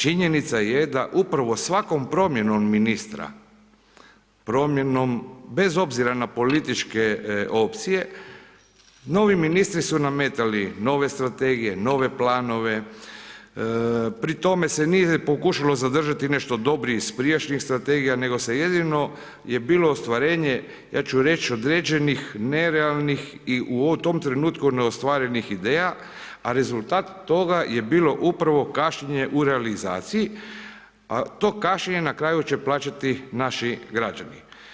Činjenica je da upravo svakom promjenom ministra, promjenom bez obzira na političke opcije, novi ministri su nametali nove strategije, nove planove, pri tome se nije pokušalo zadržati nešto dobro iz prijašnjih strategija nego jedino je bilo ostvarenje ja ću reć, određenih, nerealnih i u tom trenutku, neostvarenih ideja a rezultat toga je bilo upravo kašnjenje u realizaciji a to kašnjenje na kraju će plaćati naši građani.